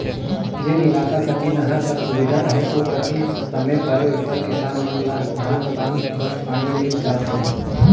जेन इलाका कती नहर कर सुबिधा अहे ओ कती समे परे उपर किसान मन ल धान पान बर पानी मिल जात रहिस